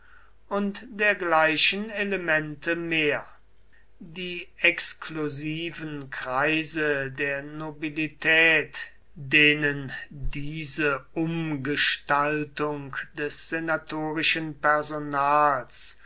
und dergleichen elemente mehr die exklusiven kreise der nobilität denen diese umgestaltung des senatorischen personals